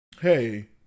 hey